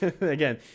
again